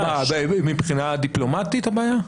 מבחינה דיפלומטית הבעיה?